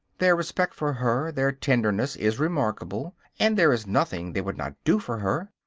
their respect for her, their tenderness, is remarkable, and there is nothing they would not do for her.